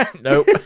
Nope